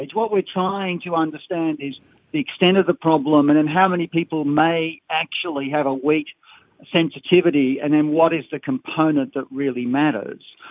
what we are trying to understand is the extent of the problem and and how many people may actually have a wheat sensitivity and then what is the component that really matters.